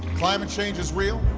climate change is real,